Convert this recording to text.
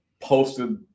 posted